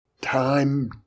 Time